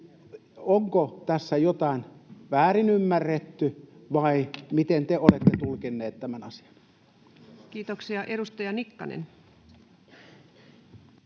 Onko tässä jotain väärinymmärretty, vai miten te olette tulkinneet tämän asian? [Juho Eerola: Natsismia